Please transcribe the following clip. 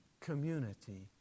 community